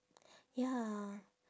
ya